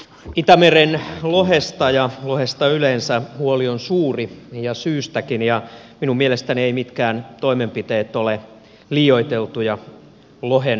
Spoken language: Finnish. itämeren lohesta ja lohesta yleensä huoli on suuri ja syystäkin ja minun mielestäni eivät mitkään toimenpiteet ole liioiteltuja lohen pelastamiseksi